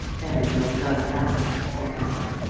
everybody does that, said will.